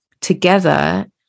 together